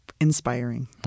Inspiring